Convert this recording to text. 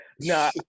No